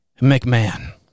McMahon